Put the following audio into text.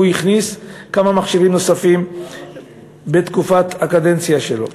הוא הכניס כמה מכשירים נוספים בקדנציה שלו.